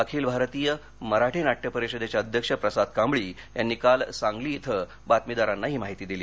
अखिल भारतीय मराठी नाट्य परिषदेचे अध्यक्ष प्रसाद कांबळी यांनी काल सांगली इथं बातमीदारांना ही माहिती दिली